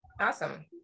Awesome